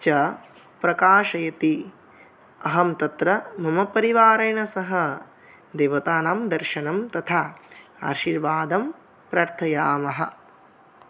च प्रकाशयति अहं तत्र मम परिवारेण सह देवतानां दर्शनं तथा आशिर्वादं प्रार्थयावः